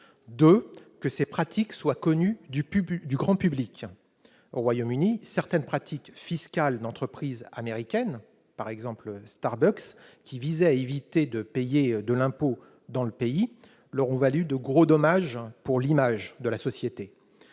2 que ces pratiques soient connus du public, du grand public au Royaume-Uni, certaines pratiques fiscales d'entreprise américaine par exemple, Starbucks, qui visait à éviter de payer de l'impôt dans le pays, le Roux valu de gros dommage pour l'image de la société,